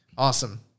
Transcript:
Awesome